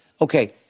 okay